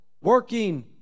working